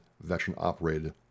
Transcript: Veteran-Operated